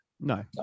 No